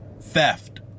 theft